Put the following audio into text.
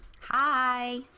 Hi